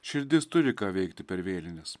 širdis turi ką veikti per vėlines